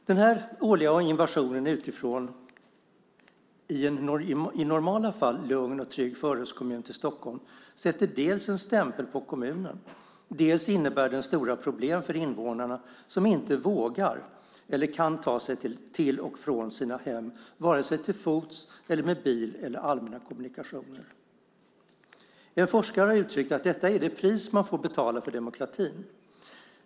Den här årliga invasionen utifrån i en i normala fall lugn och trygg förortskommun i Stockholmsområdet sätter dels en stämpel på kommunen, dels innebär den stora problem för invånarna, som inte vågar eller kan ta sig till och från sina hem vare sig till fots, med bil eller med allmänna kommunikationer. En forskare har uttryckt att detta är det pris man får betala för demokratin.